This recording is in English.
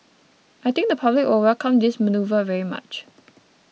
I think the public will welcome this manoeuvre very much